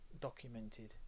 documented